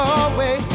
away